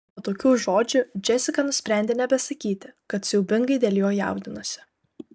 po tokių žodžių džesika nusprendė nebesakyti kad siaubingai dėl jo jaudinosi